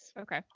Okay